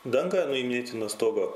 dangą nuiminėti nuo stogo